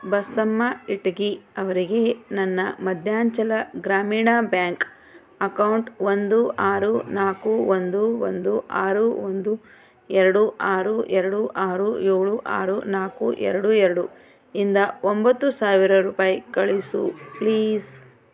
ಬಸಮ್ಮ ಇಟಗಿ ಅವರಿಗೆ ನನ್ನ Madhyanchal Gramin bank account ಒಂದು ಆರು ನಾಲ್ಕು ಒಂದು ಒಂದು ಆರು ಒಂದು ಎರಡು ಆರು ಎರಡು ಆರು ಏಳು ಆರು ನಾಲ್ಕು ಎರಡು ಎರಡು ಇಂದ ಒಂಬತ್ತು ಸಾವಿರ ರೂಪಾಯಿ ಕಳಿಸು ಪ್ಲೀಸ್